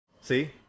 See